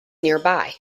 nearby